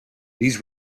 these